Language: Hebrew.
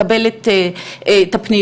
מקבלת את הפניות,